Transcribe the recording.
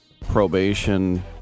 probation